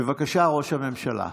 בבקשה, ראש הממשלה.